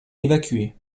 évacué